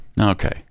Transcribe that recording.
Okay